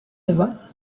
devoir